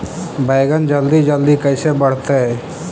बैगन जल्दी जल्दी कैसे बढ़तै?